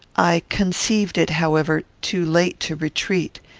i conceived it, however, too late to retreat,